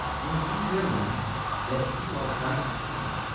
when you realize that you are right with god.